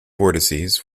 vortices